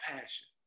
passion